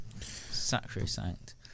Sacrosanct